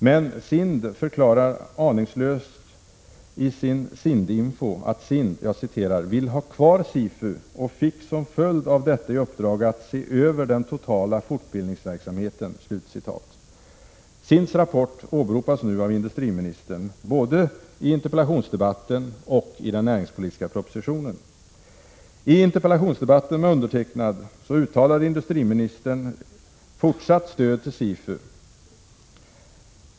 Men SIND förklarade aningslöst i sin SIND-Info att SIND ”vill ha kvar SIFU och fick som följd av detta i uppdrag att se över den totala fortbildningsverksamheten”. SIND:s rapport åberopades härefter av industriministern, både i interpellationsdebatten och i den näringspolitiska propositionen. I interpellationsdebatten med mig uttalade sig också industriministern för fortsatt stöd till SIFU.